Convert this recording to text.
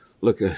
look